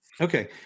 Okay